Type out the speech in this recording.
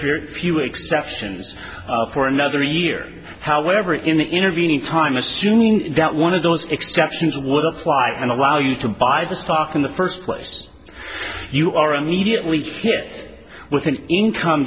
very few exceptions for another year however in the intervening time assuming that one of those extra options would apply and allow you to buy the stock in the first place you are immediately hit with an income